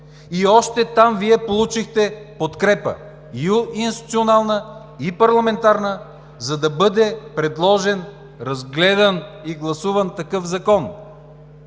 и още там Вие получихте подкрепа – и институционална и парламентарна, за да бъде предложен, разгледан и гласуван такъв закон.